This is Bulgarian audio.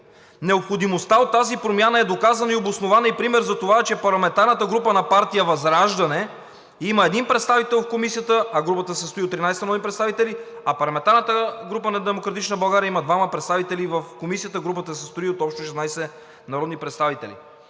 „Необходимостта от тази промяна е доказана и обоснована и пример за това, че парламентарната група на партия ВЪЗРАЖДАНЕ има един представител в Комисията, а групата се състои от 13 народни представители, а парламентарната група на „Демократична България“ има двама представители в Комисията – групата се състои от общо 16 народни представители."